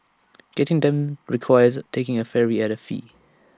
getting them requires taking A ferry at A fee